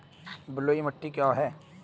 बलुई मिट्टी क्या है?